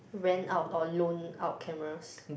rent out or loan out cameras